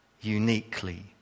uniquely